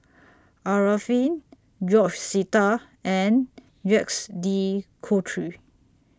Arifin George Sita and Jacques De Coutre